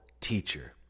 teacher